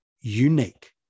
unique